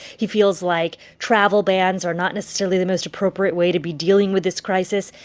he feels like travel bans are not necessarily the most appropriate way to be dealing with this crisis.